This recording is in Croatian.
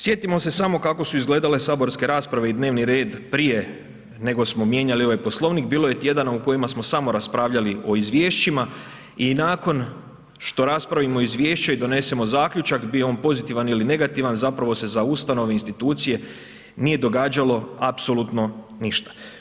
Sjetimo se samo kako su izgledale saborske rasprave i dnevni red prije nego smo mijenjali ovaj Poslovnik, bilo je tjedana u kojima smo samo raspravljali o Izvješćima, i nakon što raspravimo Izvješće i donesemo zaključak, bio on pozitivan ili negativan, zapravo se za ustanove i institucije nije događalo apsolutno ništa.